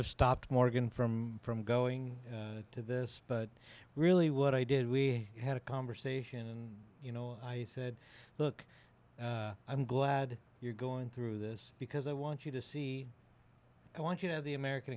have stopped morgan from from going to this but really what i did we had a conversation and you know i said who i'm glad you're going through this because i want you to see i want you know the american